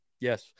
Yes